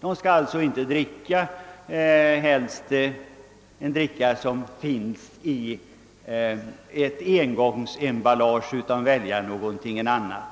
Folk skall alltså helst inte köpa en dryck i ett engångsemballage utan bör välja någon annan